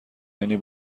یعنی